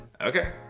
Okay